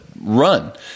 run